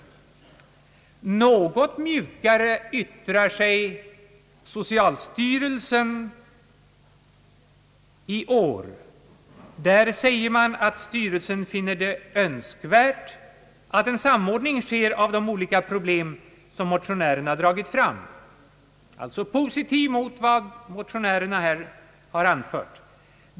Något mjukare yttrar sig socialstyrelsen i år. Styrelsen finner det önskvärt att en samordning sker av olika problem som motionärerna dragit fram och ställer sig alltså positiv till vad motionärerna har anfört.